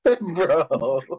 Bro